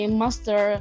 master